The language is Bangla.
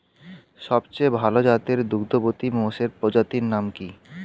সবচেয়ে ভাল জাতের দুগ্ধবতী মোষের প্রজাতির নাম কি?